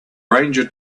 ranger